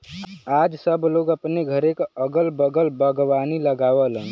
आज सब लोग अपने घरे क अगल बगल बागवानी लगावलन